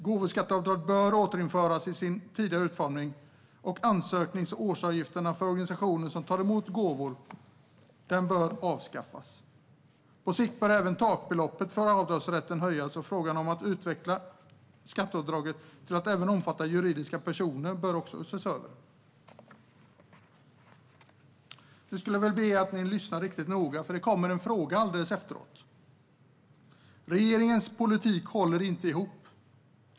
Gåvoskatteavdraget bör återinföras i sin tidigare utformning, och ansöknings och årsavgifterna för organisationer som tar emot gåvor bör avskaffas. På sikt bör även takbeloppet för avdragsrätten höjas, och frågan om att utveckla skatteavdraget till att även omfatta juridiska personer bör ses över. Nu vill jag be er att lyssna riktigt noga, för det kommer en fråga alldeles efteråt. Regeringens politik håller inte ihop.